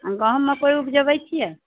गहूँम मक्कइ उपजबैत छियै